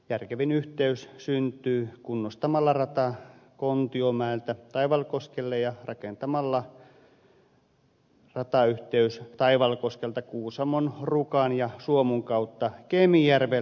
järkevin yhteys syntyy kunnostamalla rata kontiomäeltä taivalkoskelle ja rakentamalla ratayhteys taivalkoskelta kuusamon rukan ja suomun kautta kemijärvelle